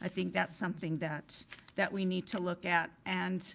i think that's something that that we need to look at and